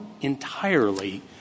entirely